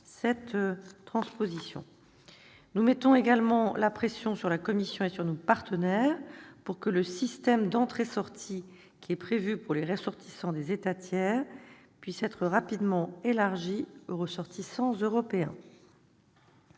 Nous mettons également la pression sur la Commission et sur nos partenaires pour que le système d'entrées-sorties prévu pour les ressortissants des États tiers puisse être rapidement élargi aux ressortissants européens.